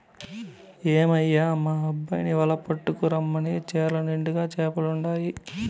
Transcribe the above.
ఏమయ్యో మన అబ్బోన్ని వల పట్టుకు రమ్మను చెర్ల నిండుగా చేపలుండాయి